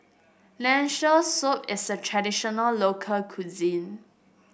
soup is a traditional local cuisine